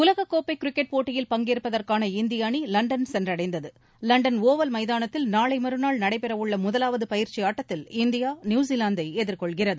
உலகக் கோப்பை கிரிக்கெட் போட்டியில் பங்கேற்பதற்கான இந்திய அணி லண்டன் சென்றடைந்தது லண்டன் ஓவல் மைதானத்தில் நாளை மறுநாள் நடைபெற உள்ள முதலாவது பயிற்சி ஆட்டத்தில் இந்தியா நியூசிலாந்தை எதிர்கொள்கிறது